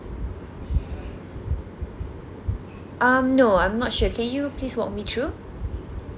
um no I'm not sure can you please walk me through